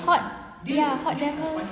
hot ya hot devil